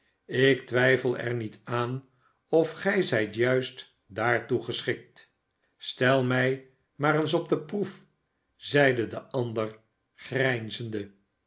ik twijfel er niet aan of gij zijt juist daartoe geschikt stel mij maar eens op de proef zeide de ander